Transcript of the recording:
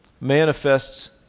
manifests